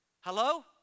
Hello